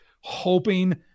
hoping